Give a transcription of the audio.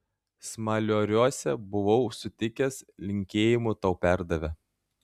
smalioriuose buvau sutikęs linkėjimų tau perdavė